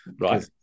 right